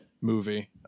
movie